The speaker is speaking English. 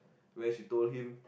where she told him